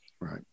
Right